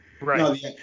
Right